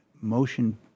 Motion